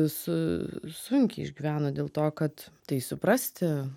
su sunkiai išgyveno dėl to kad tai suprasti